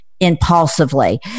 impulsively